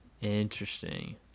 Interesting